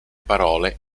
parole